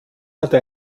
hatte